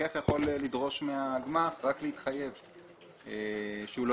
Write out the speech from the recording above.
המפקח יכול לדרוש מהגמ"ח רק להתחייב שהוא לא